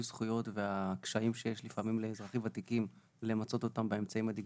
זכויות והקשיים שיש לפעמים לאזרחים ותיקים למצות אותן באמצעים הדיגיטליים,